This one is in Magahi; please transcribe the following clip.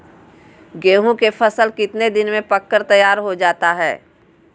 गेंहू के फसल कितने दिन में पक कर तैयार हो जाता है